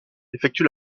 effectue